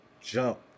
jump